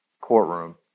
courtroom